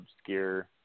obscure